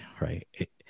right